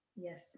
Yes